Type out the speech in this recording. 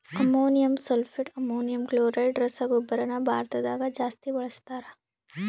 ammonium sulphate, ammonium chloride ರಸಗೊಬ್ಬರನ ಭಾರತದಗ ಜಾಸ್ತಿ ಬಳಸ್ತಾರ